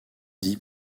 dit